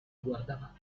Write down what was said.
guardava